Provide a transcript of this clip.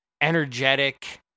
energetic